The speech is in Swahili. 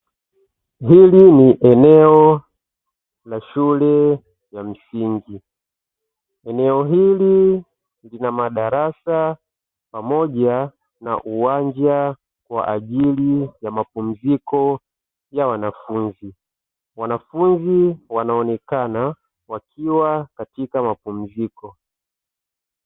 Hili ni eneo la shule ya msingi, eneo hili lina madarasa pamoja na uwanja kwa ajili ya mapumziko ya wanafunzi, wanafunzi wanaonekana wakiwa katika mapumziko.